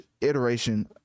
iteration